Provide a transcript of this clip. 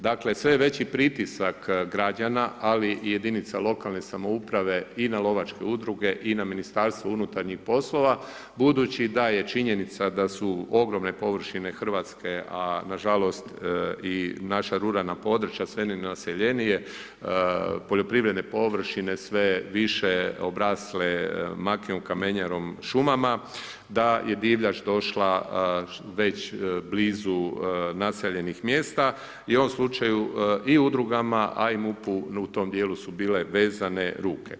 Dakle, sve je veći pritisak građana, ali i jedinica lokalne samouprave i na lovačke udruge i na Ministarstvo unutarnjih poslova, budući da je činjenica da su ogromne površine Hrvatske, a nažalost i naša ruralna područja, sve nenaseljenije, poljoprivredne površine sve više obrasle makijom, kamenjarom, šumama, da je divljač došla već blizu naseljenih mjesta i u ovom slučaju i udrugama a i MUP-u u tom dijelu su bile vezane ruke.